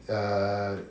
err